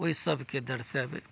ओइ सभके दर्शेबै